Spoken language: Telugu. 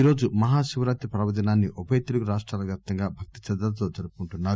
ఈరోజు మహాశివరాత్రి పర్వదినాన్ని ఉభయ తెలుగు రాష్టాలవ్యాప్యంగా రాష్టవ్యాప్తంగా భక్తిశ్రద్దలతో జరుపుకుంటున్నారు